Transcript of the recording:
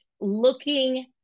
looking